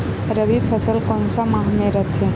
रबी फसल कोन सा माह म रथे?